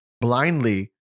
blindly